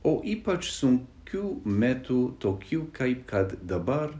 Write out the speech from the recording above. o ypač sunkiu metu tokiu kaip kad dabar